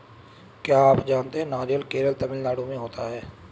क्या आप जानते है नारियल केरल, तमिलनाडू में होता है?